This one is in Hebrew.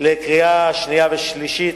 לקריאה שנייה ושלישית.